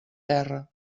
terra